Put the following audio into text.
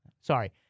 Sorry